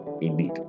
indeed